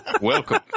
Welcome